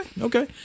okay